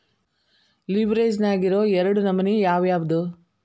ಲಿವ್ರೆಜ್ ನ್ಯಾಗಿರೊ ಎರಡ್ ನಮನಿ ಯಾವ್ಯಾವ್ದ್?